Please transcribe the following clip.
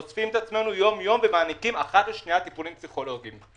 אוספים את עצמנו יום-יום ומעניקים האחד לשני טיפולים פסיכולוגיים.